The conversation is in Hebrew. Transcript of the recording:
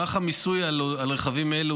מערך המיסוי על רכבים אלה,